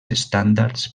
estàndards